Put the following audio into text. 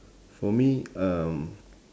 for me um